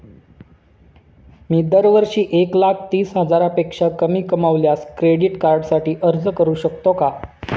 मी दरवर्षी एक लाख तीस हजारापेक्षा कमी कमावल्यास क्रेडिट कार्डसाठी अर्ज करू शकतो का?